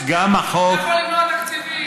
אתה יכול למנוע תקציבים,